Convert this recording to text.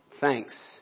thanks